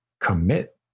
commit